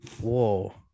Whoa